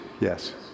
yes